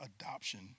adoption